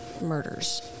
murders